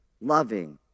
loving